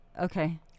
okay